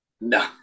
No